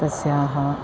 तस्याः